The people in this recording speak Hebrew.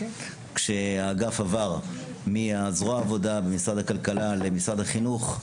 כשהאגף עבר מזרוע העבודה במשרד הכלכלה למשרד החינוך.